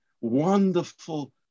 wonderful